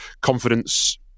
confidence